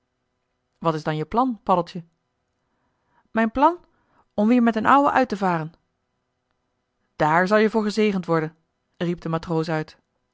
wat is dan je plan paddeltje mijn plan om weer met d'n ouwe uit te varen dààr zal je voor gezegend worden riep de matroos uit